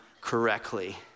correctly